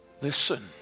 listen